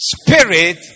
spirit